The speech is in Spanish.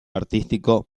artístico